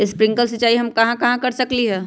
Sprinkle सिंचाई हम कहाँ कहाँ कर सकली ह?